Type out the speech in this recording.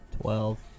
Twelve